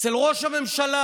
אצל ראש הממשלה,